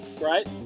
right